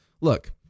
Look